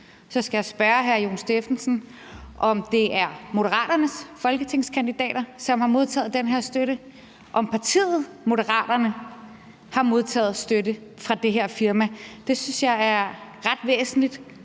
Stephensen, om det er Moderaternes folketingskandidater, som har modtaget den her støtte, om partiet Moderaterne har modtaget støtte fra det her firma. Det synes jeg er ret væsentligt